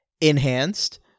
enhanced